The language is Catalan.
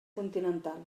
continental